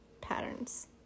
patterns